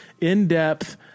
in-depth